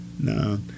no